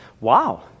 Wow